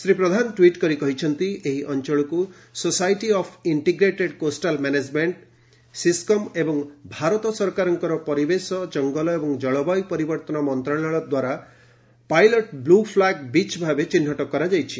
Shri Pradhan tweet କରି କହିଛନ୍ତି ଏହି ଅଂଚଳକୁ society of integrated coastal management SICOM ଏବଂ ଭାରତ ସରକାରଙ୍କ ପରିବେଶ କଙ୍ଗଲ ଏବଂ ଜଳବାୟୁ ପରିବର୍ଭନ ମନ୍ତଶାଳୟ ଦ୍ୱାରା ପାଇଲଟ୍ ବ୍କୁ ଫ୍ଲାଗ୍ ବିଚ୍ ଭାବେ ଚିହ୍ନଟ କରାଯାଇଛି